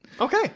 Okay